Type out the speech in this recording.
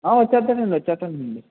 వచ్చేస్తాడు అండి వచ్చేస్తాడు అండి